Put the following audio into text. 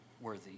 worthy